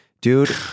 Dude